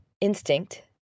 instinct